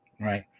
Right